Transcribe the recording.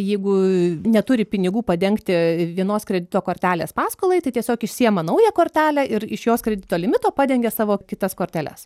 jeigu neturi pinigų padengti vienos kredito kortelės paskolai tai tiesiog išsiima naują kortelę ir iš jos kredito limito padengia savo kitas korteles